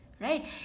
right